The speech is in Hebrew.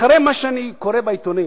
אחרי מה שאני קורא בעיתונים